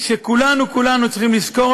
שכולנו כולנו צריכים לזכור,